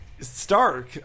Stark